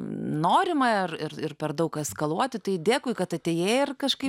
norima ar ir ir per daug eskaluoti tai dėkui kad atėjai ir kažkaip